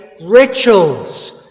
rituals